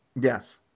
Yes